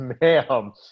ma'am